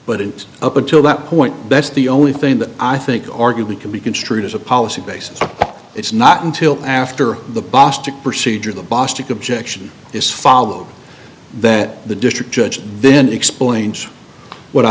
but it's up until that point that's the only thing that i think arguably could be construed as a policy basis it's not until after the bostic procedure the bostic objection is followed that the district judge then explains what i